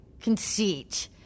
conceit